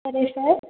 అదే సార్